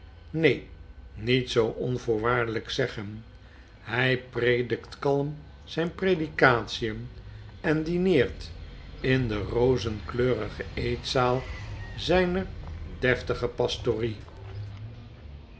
neen niet zoo onvoorwaardelgk zeggen hij predikt kalm zijne predikatien en dineert in de rozenkleurige eetzaal zyner deftige pastorie